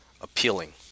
appealing